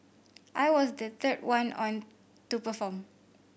I was the third one on to perform